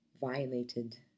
violated